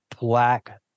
black